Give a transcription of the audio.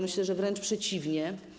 Myślę, że wręcz przeciwnie.